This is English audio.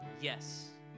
Yes